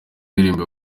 ndirimbo